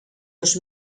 dos